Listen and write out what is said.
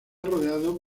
rodeado